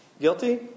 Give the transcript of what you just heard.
guilty